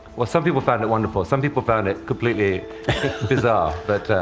well, some people found it wonderful, some people found it completely bizarre. but,